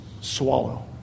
swallow